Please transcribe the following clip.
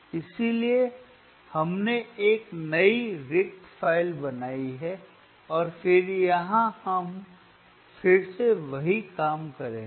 इसलिए हमने एक नई रिक्त फ़ाइल बनाई है और फिर यहाँ हम फिर से वही काम करेंगे